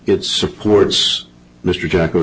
it supports mr jack